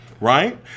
Right